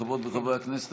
חברות וחברי הכנסת,